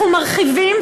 אנחנו מרחיבים,